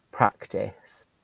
Practice